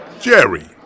Jerry